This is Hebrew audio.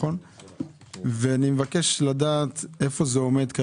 אני מבקש לדעת, איפה זה עומד.